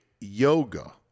yoga